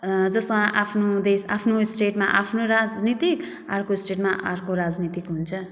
जस्तोमा आफ्नो देश आफ्नो स्टेटमा आफ्नो राजनीतिक अर्को स्टेटमा अर्को राजनीतिक हुन्छ